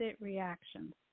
reactions